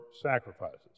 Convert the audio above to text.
sacrifices